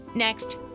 Next